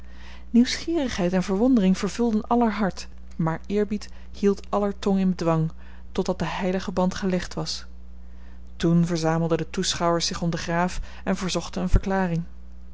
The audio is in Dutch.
nieuwsgierigheid en verwondering vervulden aller hart maar eerbied hield aller tong in bedwang totdat de heilige band gelegd was toen verzamelden de toeschouwers zich om den graaf en verzochten een verklaring